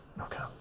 Okay